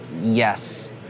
Yes